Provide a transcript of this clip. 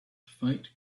fight